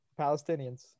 Palestinians